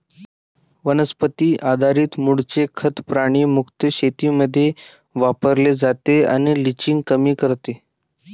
वनस्पती आधारित मूळचे खत प्राणी मुक्त शेतीमध्ये वापरले जाते आणि लिचिंग कमी करते